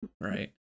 right